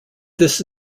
this